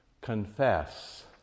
Confess